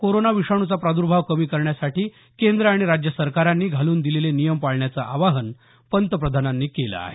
corona विषाणूचा प्रादुर्भांव कमी करण्यासाठी केंद्र आणि राज्य सरकारांनी घालून दिलेले नियम पाळण्याचं आवाहन पंतप्रधानांनी केलं आहे